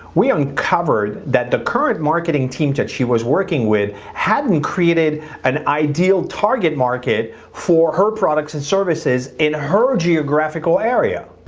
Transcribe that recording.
we uncovered that the current marketing team that she was working with hadn't created an ideal target market for her products and services in her geographical area,